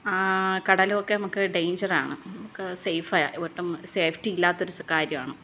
കടലുമൊക്കെ നമുക്ക് ഡെയിഞ്ചർ ആണ് നമുക്ക് സേയ്ഫ് ഒട്ടും സേഫ്റ്റി ഇല്ലാത്തൊരു കാര്യമാണ്